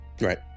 Right